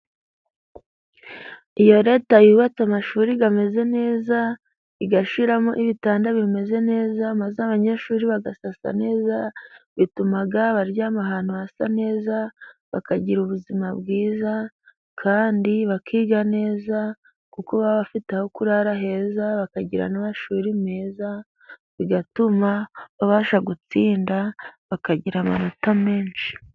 Iyo Leta yubatse amashuri gameze neza, igashiramo ibitanda bimeze neza maze abanyeshuri bagasasa neza bitumaga baryama ahantu hasa neza bakagira ubuzima bwiza, kandi bakiga neza, kuko baba bafite aho kurara heza, bakagira n'amashuri meza, bigatuma babasha gutsinda, bakagira amanota menshi.